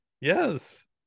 Yes